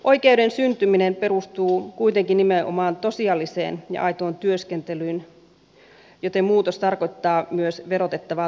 oikeuden syntyminen perustuu kuitenkin nimenomaan tosiasialliseen ja aitoon työskentelyyn joten muutos tarkoittaa myös verotettavaa tuloa